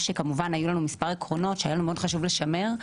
שהיו לנו מספר עקרונות שהיה לנו חשוב מאוד לשמר,